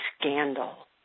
scandal